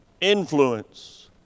influence